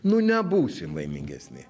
nu nebūsim laimingesni